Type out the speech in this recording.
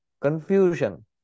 confusion